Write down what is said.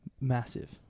Massive